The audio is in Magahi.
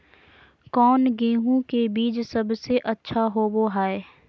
कौन गेंहू के बीज सबेसे अच्छा होबो हाय?